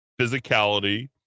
physicality